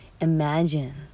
imagine